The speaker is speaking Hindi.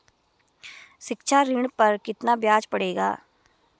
शिक्षा ऋण पर कितना ब्याज पड़ेगा?